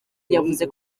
yavuze